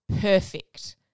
perfect